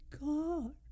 God